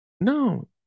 No